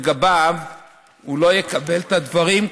שהוא לא יקבל את הדברים,